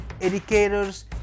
educators